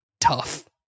tough